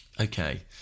Okay